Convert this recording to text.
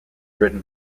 written